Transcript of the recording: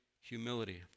humility